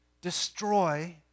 destroy